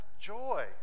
joy